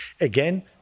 Again